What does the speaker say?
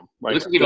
right